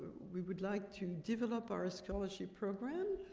we would like to develop our scholarship program.